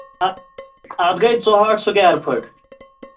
اَ اَتھ گٔے ژُہٲٹھ سُکیر پھٕٹ